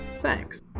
Thanks